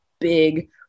big